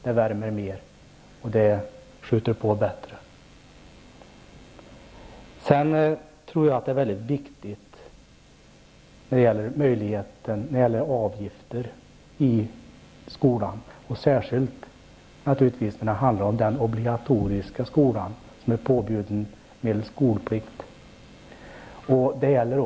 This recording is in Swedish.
Det värmer mer, och det skjuter på bättre. Särskilt när det gäller den obligatoriska skolan, som är påbjuden medelst skolplikt, är det viktigt att vi säger ifrån att vi inte kan tillåta införande av avgifter.